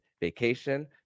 vacation